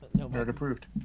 approved